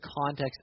context